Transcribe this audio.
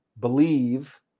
believe